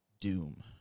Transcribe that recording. Doom